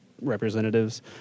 representatives